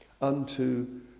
unto